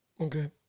Okay